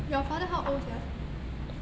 your father how old sia